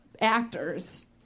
actors